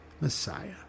Messiah